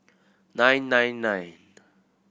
nine nine nine